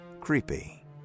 Creepy